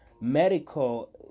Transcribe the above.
medical